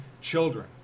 children